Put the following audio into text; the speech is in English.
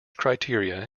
criteria